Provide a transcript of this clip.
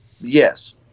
Yes